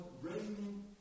raining